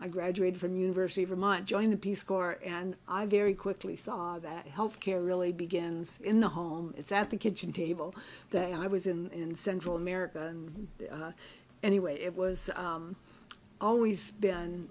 i graduated from university of vermont joined the peace corps and i very quickly saw that health care really begins in the home it's at the kitchen table that i was in central america anyway it was always been